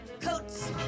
coats